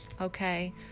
Okay